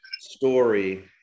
story